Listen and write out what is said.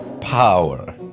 Power